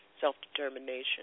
self-determination